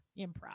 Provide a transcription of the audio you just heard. improv